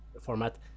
format